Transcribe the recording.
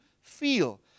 feel